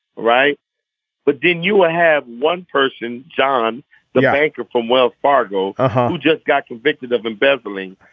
right but then you ah have one person john the banker from wells fargo who just got convicted of embezzling